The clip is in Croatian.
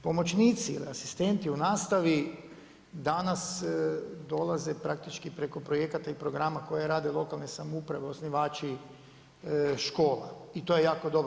Pomoćnici, asistenti u nastavi danas dolaze praktički preko projekata i programa koje rade lokalne samouprave osnivači škola i to je jako dobro.